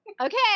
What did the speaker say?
Okay